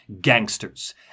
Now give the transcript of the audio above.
gangsters